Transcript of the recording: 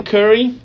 Curry